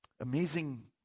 Amazing